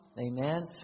amen